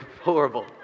Horrible